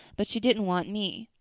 but she didn't want me.